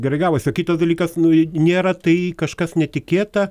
gerai gavosi kitas dalykas nu nėra tai kažkas netikėta